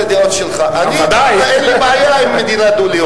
הדיון הוא מעניין.